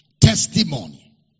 testimony